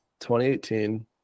2018